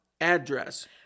address